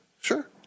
Sure